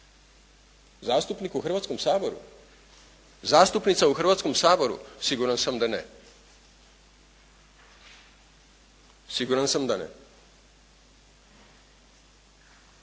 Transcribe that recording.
Zastupnik u Hrvatskom saboru? Zastupnica u Hrvatskom saboru? Siguran sam da ne. Političke stranke